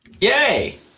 Yay